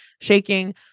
shaking